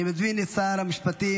אני מזמין את שר המשפטים